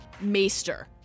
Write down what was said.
Maester